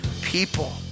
people